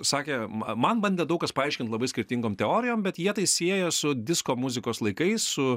sakė ma man bandė daug kas paaiškint labai skirtingom teorijom bet jie tai sieja su disko muzikos laikais su